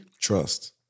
trust